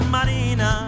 Marina